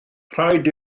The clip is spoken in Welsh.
rhaid